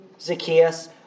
Zacchaeus